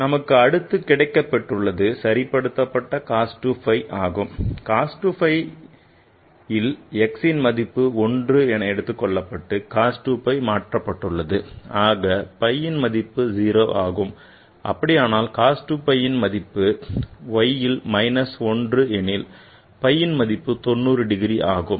அடுத்து நமக்கு கிடைக்கப் பெற்றுள்ளது சரி படுத்தப்பட்ட cos 2 phi ஆகும் cos 2 phiல் xன் மதிப்பு 1 என எடுத்துக் கொள்ளப்பட்டு cos 2 phi மாற்றப்பட்டது ஆக phi மதிப்பு 0ஆகும் அப்படியானால் cos 2 phi மதிப்பு yல் minus 1 எனில் phi மதிப்பு 90 ஆகும்